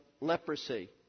leprosy